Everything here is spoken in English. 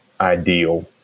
ideal